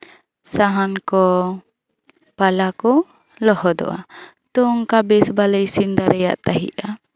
ᱥᱟᱦᱟᱱ ᱠᱚ ᱯᱟᱞᱟ ᱠᱚ ᱞᱚᱦᱚᱫᱚᱜᱼᱟ ᱛᱚ ᱚᱱᱟ ᱵᱮᱥ ᱵᱷᱟᱜᱤᱞᱮ ᱤᱥᱤᱱ ᱫᱟᱲᱮᱭᱟᱜ ᱛᱟᱦᱮᱸᱜᱼᱟ